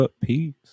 Peace